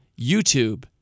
YouTube